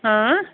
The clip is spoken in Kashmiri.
آ